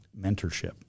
mentorship